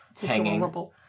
hanging